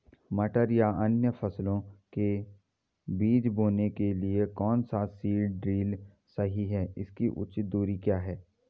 मटर या अन्य फसलों के बीज बोने के लिए कौन सा सीड ड्रील सही है इसकी उचित दूरी क्या है?